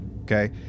okay